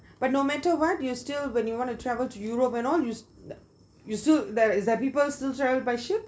but no matter what you still when you want to travel to europe and all you you still there's does people still travel by ship